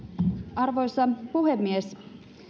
arvoisa puhemies